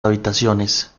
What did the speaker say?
habitaciones